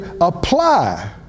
apply